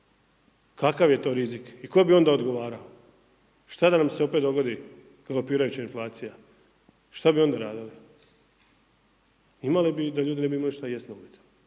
kakav je to rizik i tko bi onda odgovarao? Šta da nam se opet dogodi galopirajuća inflacija, šta bi onda radili? Imali bi da ljudi ne bi imali šta jesti na ulicama,